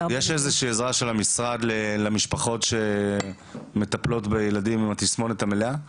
יש איזושהי עזרה של המשרד למשפחות שמטפלות בילדים עם התסמונת המלאה?